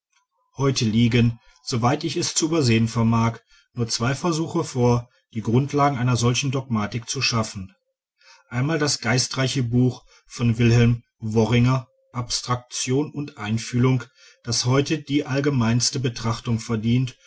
heute liegen soweit ich es zu übersehen vermag nur zwei versuche vor die grundlagen einer solchen dogmatik zu schaffen einmal das geistreiche buch von wilhelm worringer abstraktion und einfühlung das heute die allgemeinste beachtung verdient